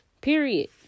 Period